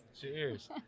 Cheers